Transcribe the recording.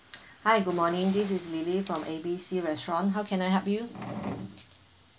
hi good morning this is lilly from A B C restaurant how can I help you